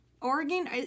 Oregon